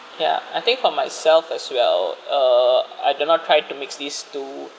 ya I think for myself as well uh I do not try to mix these two